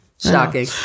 shocking